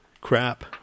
Crap